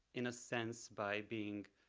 in a sense, by being